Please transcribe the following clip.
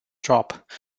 drop